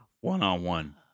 One-on-one